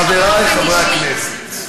חברי חברי הכנסת,